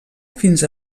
fins